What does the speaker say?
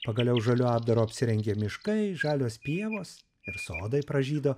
pagaliau žaliu apdaru apsirengė miškai žalios pievos ir sodai pražydo